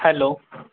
hello